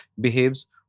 behaves